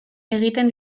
egiten